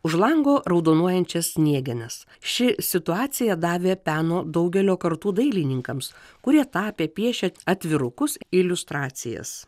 už lango raudonuojančias sniegenas ši situacija davė peno daugelio kartų dailininkams kurie tapė piešė atvirukus iliustracijas